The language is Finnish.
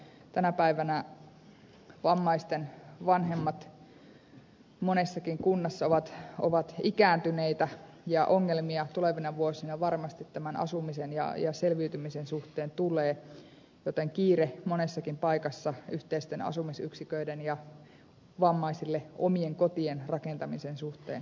tänä päivänä vammaisten vanhemmat monessakin kunnassa ovat ikääntyneitä ja ongelmia tulevina vuosina varmasti tämän asumisen ja selviytymisen suhteen tulee joten on kiire monessakin paikassa yhteisten asumisyksiköiden ja vammaisille omien kotien rakentamisen suhteen